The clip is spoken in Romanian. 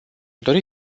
dori